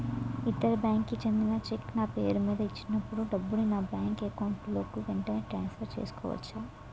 ఇతర బ్యాంక్ కి చెందిన చెక్ నా పేరుమీద ఇచ్చినప్పుడు డబ్బుని నా బ్యాంక్ అకౌంట్ లోక్ వెంటనే ట్రాన్సఫర్ చేసుకోవచ్చా?